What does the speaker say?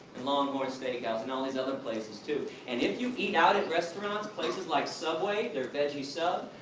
and longhorn steakhouse and all these other places, too. and if you eat out at restaurants, places like subway, their veggie sub,